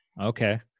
okay